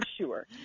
sure